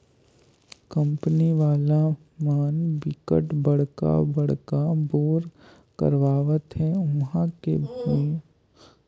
company वाला म बिकट बड़का बड़का बोर करवावत हे उहां के भुइयां के जम्मो पानी ल कंपनी हर सिरवाए देहथे